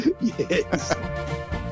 Yes